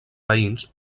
veïns